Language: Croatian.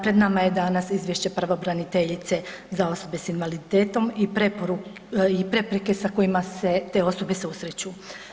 Pred nama je danas izvješće pravobraniteljice za osobe s invaliditetom i prepreke sa kojima se te osobe susreću.